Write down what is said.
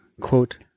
quote